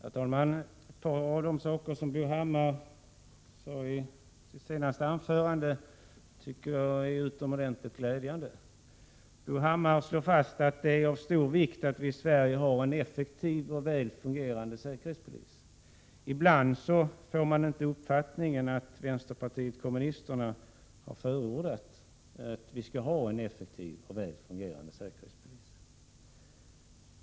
Herr talman! Ett par saker i Bo Hammars senaste anförande tycker jag är utomordentligt glädjande. Bo Hammar slog fast att det är av stor vikt att vi i Sverige har en effektiv och väl fungerande säkerhetspolis. Ibland får man inte uppfattningen att vänsterpartiet kommunisterna har förordat att vi skall ha en effektiv och väl fungerande säkerhetspolis.